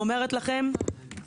<< יור >> פנינה תמנו (יו"ר הוועדה לקידום מעמד